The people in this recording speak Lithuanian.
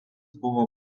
buvo